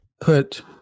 put